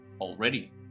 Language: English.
already